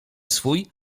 swój